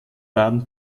baden